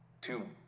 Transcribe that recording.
two